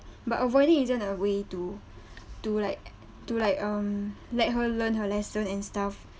but avoiding isn't a way to to like to like um let her learn her lesson and stuff